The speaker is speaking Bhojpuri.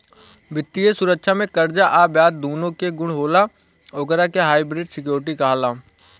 वित्तीय सुरक्षा में कर्जा आ ब्याज दूनो के गुण होला ओकरा के हाइब्रिड सिक्योरिटी कहाला